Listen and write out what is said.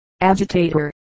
Agitator